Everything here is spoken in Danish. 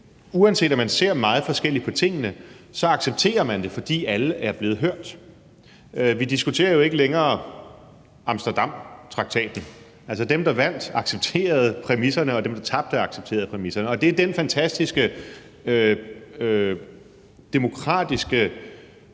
uanset om man ser forskelligt på tingene – accepterer det, fordi alle er blevet hørt. Vi diskuterer jo ikke længere Amsterdamtraktaten. Altså, dem, der vandt, accepterede præmisserne, og dem, der tabte, accepterede præmisserne. Og det er den fantastiske demokratiske